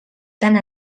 tant